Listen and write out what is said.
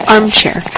Armchair